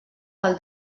del